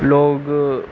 लोग